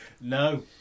No